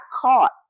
caught